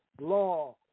law